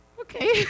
Okay